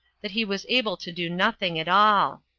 that he was able to do nothing at all.